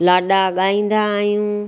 लाॾा ॻाईंदा आहियूं